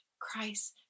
Christ